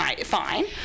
fine